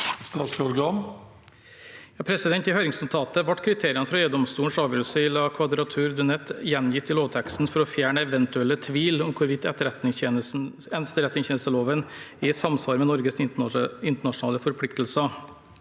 I høringsno- tatet ble kriteriene fra EU-domstolens avgjørelse i La Quadrature du Net gjengitt i lovteksten for å fjerne eventuell tvil om hvorvidt etterretningstjenesteloven er i samsvar med Norges internasjonale forpliktelser.